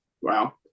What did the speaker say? wow